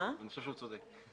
אני חושב שהוא צודק.